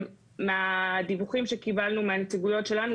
מהדיווחים שקיבלנו מהנציגויות שלנו,